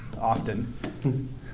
Often